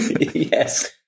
Yes